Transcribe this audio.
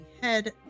head